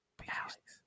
Alex